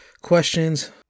questions